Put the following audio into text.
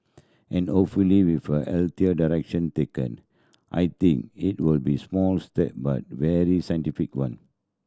and with a healthier direction taken I think it will be small step but very scientific one